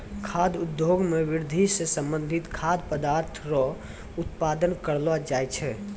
खाद्य उद्योग मे कृषि से संबंधित खाद्य पदार्थ रो उत्पादन करलो जाय छै